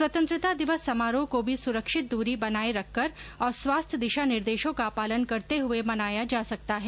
स्वतंत्रता दिवस समारोह को भी सुरक्षित दूरी बनाए रखकर और स्वास्थ्य दिशा निर्देशों का पालन करते हुए मनाया जा सकता है